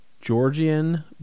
Georgian